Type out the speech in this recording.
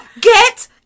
Get